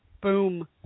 boom